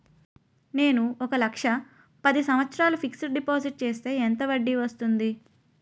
నేను ఒక లక్ష పది సంవత్సారాలు ఫిక్సడ్ డిపాజిట్ చేస్తే ఎంత వడ్డీ వస్తుంది?